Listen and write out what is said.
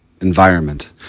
environment